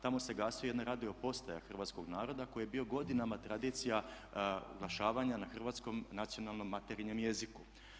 Tamo se gasi jedna radio postaja hrvatskog naroda koji je bio godinama tradicija oglašavanja na hrvatskom nacionalnom materinjem jeziku.